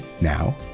Now